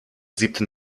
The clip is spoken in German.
siebten